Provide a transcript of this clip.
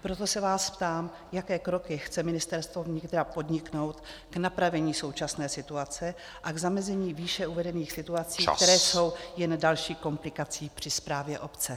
Proto se vás ptám, jaké kroky chce Ministerstvo vnitra podniknout k napravení současné situace a k zamezení výše uvedených situací , které jsou jen další komplikací při správě obce.